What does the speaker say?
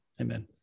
Amen